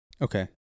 Okay